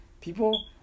People